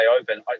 open